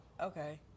okay